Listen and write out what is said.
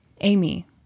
Amy